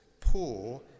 poor